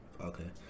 Okay